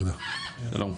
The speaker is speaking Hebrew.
שלום,